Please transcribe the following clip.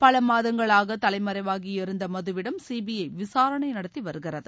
பல மாதங்களாக தலைவமறைவாகியிருந்த மதுவிடம் சிபிஐ விசாரணை நடத்தி வருகிறது